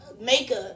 makeup